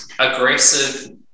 aggressive